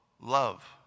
love